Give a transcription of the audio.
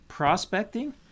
Prospecting